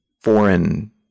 foreign